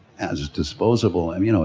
as disposable, i mean, you know